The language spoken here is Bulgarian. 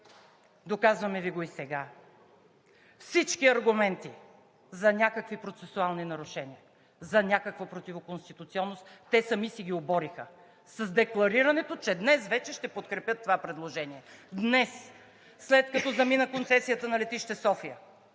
Доказваме Ви го и сега. Всички аргументи за някакви процесуални нарушения, за някаква противоконституционност те сами си ги обориха с декларирането, че днес вече ще подкрепят това предложение. Днес! След като замина концесията на летище София,